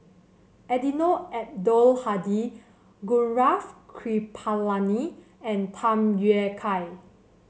Eddino Abdul Hadi Gaurav Kripalani and Tham Yui Kai